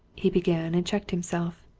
he began, and checked himself.